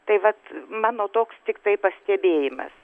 tai vat mano toks tiktai pastebėjimas